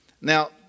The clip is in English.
Now